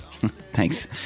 Thanks